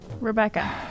Rebecca